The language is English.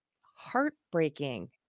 heartbreaking